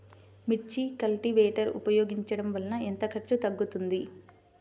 మిర్చి కల్టీవేటర్ ఉపయోగించటం వలన ఎంత ఖర్చు తగ్గుతుంది?